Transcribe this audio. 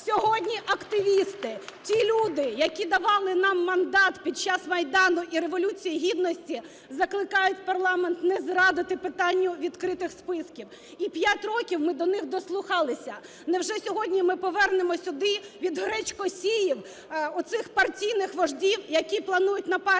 Сьогодні активісти, ті люди, які давали нам мандат під час Майдану і Революції Гідності, закликають парламент не зрадити питанню відкритих списків. І 5 років ми до них дослухалися. Невже сьогодні ми повернемо сюди від гречкосіїв, оцих партійних вождів, які планують на партіях